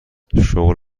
شغل